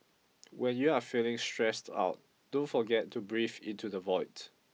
when you are feeling stressed out don't forget to breathe into the void